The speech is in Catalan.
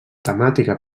temàtica